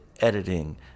editing